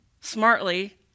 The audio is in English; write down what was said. smartly